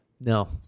no